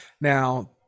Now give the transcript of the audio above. Now